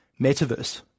Metaverse